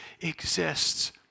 exists